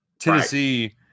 Tennessee